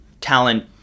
talent